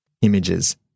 images